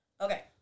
Okay